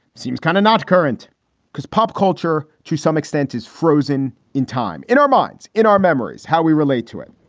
seems kind of not current because pop culture to some extent is frozen in time in our minds, in our memories, how we relate to it.